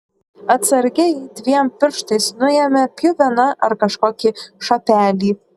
atsargiai dviem pirštais nuėmė pjuveną ar kažkokį šapelį